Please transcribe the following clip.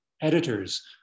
editors